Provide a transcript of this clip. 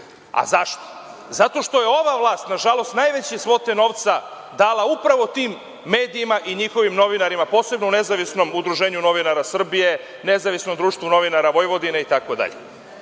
a zašto? Zato što je ova vlast, nažalost, najveće svote novca dala upravo tim medijima i njihovim novinarima, posebno NUNS, Nezavisnom društvu novinara Vojvodine itd.